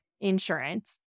insurance